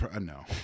No